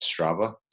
Strava